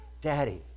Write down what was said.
Daddy